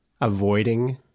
avoiding